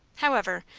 however,